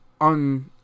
on